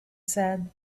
said